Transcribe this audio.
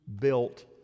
built